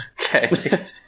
Okay